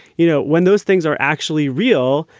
you know, when those things are actually real,